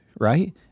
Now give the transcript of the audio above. right